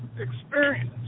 experience